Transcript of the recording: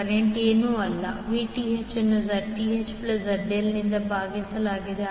current ಏನೂ ಅಲ್ಲ Vth ಅನ್ನು Zth plus ZL ನಿಂದ ಭಾಗಿಸಲಾಗಿದೆ